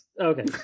Okay